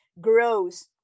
grows